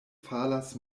falas